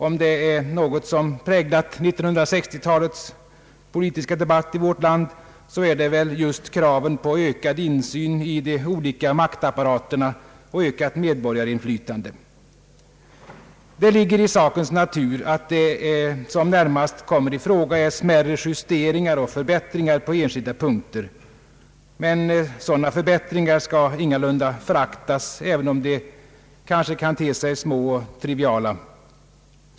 Om det är något som präglat 1960-talets politiska debatt i vårt land, så är det väl just kraven på ökad insyn i de olika maktapparaterna och ökat medborgarinflytande. Det ligger i sakens natur att vad som närmast kommer i fråga är smärre justeringar och förbättringar på enskilda punkter. Sådana förbättringar skall ingalunda föraktas, även om de kanske kan te sig små och triviala.